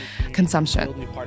consumption